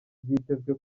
byitezwe